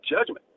judgment